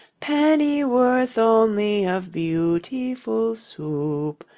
pennyworth only of beautiful soup?